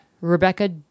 Rebecca